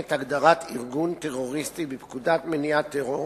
את הגדרת "ארגון טרוריסטי" בפקודת מניעת טרור